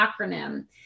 acronym